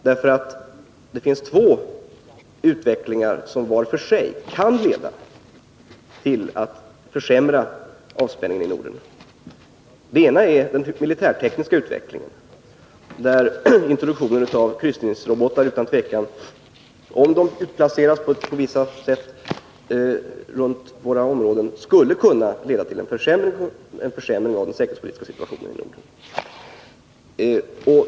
Det finns nämligen två utvecklingar, som var för sig kan leda till att avspänningen i Norden försämras. Den ena utvecklingen är den militärtekniska utvecklingen, där introduktionen av kryssningsrobotar — om de utplaceras på vissa sätt runt våra områden — utan tvivel skulle kunna leda till en försämring av den säkerhetspolitiska situationen i Norden.